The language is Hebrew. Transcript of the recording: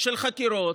של חקירות,